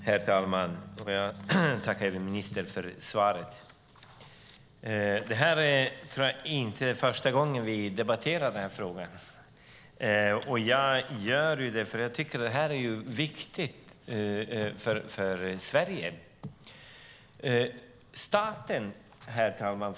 Herr talman! Jag tackar ministern för svaret. Jag tror inte att det är första gången vi debatterar den här frågan, men den är viktig för Sverige. Herr talman!